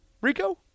Rico